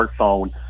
smartphone